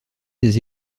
des